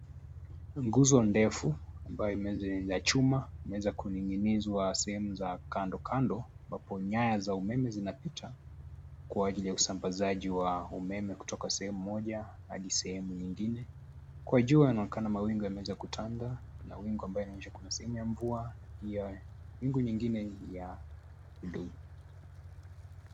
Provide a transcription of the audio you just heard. Nguzo ndefu ambayo ni ya chuma inaweza kumiminizwa sehemu za kanda kando amabapo nyaya za umeme zinapita kwa ajili ya usambazaji wa umeme kutoka sehemu moja hadi sehemu nyingine. Kwa juu yanaonekana mawingu yanaweza kutanda kuna mawingu yanaonyesha sign ya mvua pia wingu ingine ya.